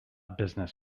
business